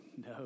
no